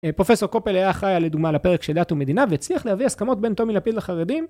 פרופסור קופל היה אחראי על לדוגמה לפרק של דת ומדינה והצליח להביא הסכמות בין טומי לפיד לחרדים